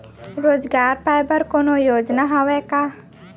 रोजगार पाए बर कोनो योजना हवय का?